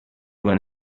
when